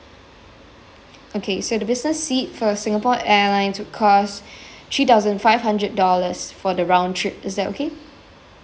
okay so the business seat for singapore airlines would cost three thousand five hundred dollars for the round trip is that okay